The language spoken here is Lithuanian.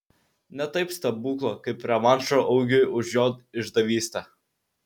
ne taip stebuklo kaip revanšo augiui už jo išdavystę